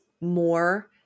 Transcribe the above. more